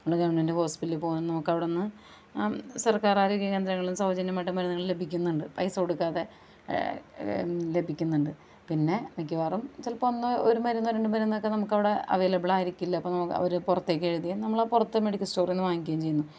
നമ്മൾ ഗവണ്മെൻറ്റ് ഹോസ്പിറ്റലിൽ പോവാൻ നമുക്ക് അവിടുന്ന് സർക്കാർ ആരോഗ്യ കേന്ദ്രങ്ങളിൽ സൗജന്യമായിട്ട് മരുന്നുകൾ ലഭിക്കുന്നുണ്ട് പൈസ കൊടുക്കാതെ ലഭിക്കുന്നുണ്ട് പിന്നെ മിക്കവാറും ചിലപ്പോൾ ഒന്ന് ഒരു മരുന്നോ നമുക്കവിടെ അവൈലബിൾ ആയിരിക്കില്ല അപ്പോൾ ഒരു പുറത്തേക്ക് എഴുതിയാൽ നമ്മൾ പുറത്ത് മെഡിക്കൽ സ്റ്റോറിൽ നിന്ന് വാങ്ങിക്കുകയും ചെയ്യുന്നു